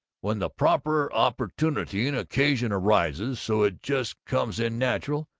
when the proper opportunity and occasion arises so it just comes in natural,